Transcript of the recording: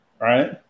Right